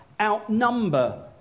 outnumber